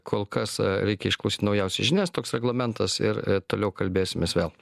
kol kas reikia išklausyti naujausias žinias toks reglamentas ir toliau kalbėsimės vėl